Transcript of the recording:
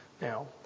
now